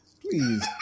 please